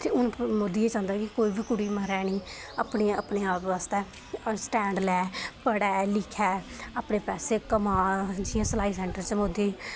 ते हून मोदी एह् चांह्दा ऐ कि कुड़ी मरै निं अपने आप आस्तै स्टैंड लै पढ़ै लिखै अपने पैसे कमा जि'यां सलाई सेंटर च मोदी